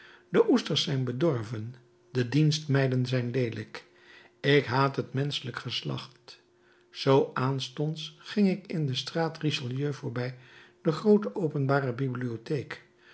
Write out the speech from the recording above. de oesters zijn bedorven de dienstmeiden zijn leelijk ik haat het menschelijk geslacht zoo aanstonds ging ik in de straat richelieu voorbij de groote openbare bibliotheek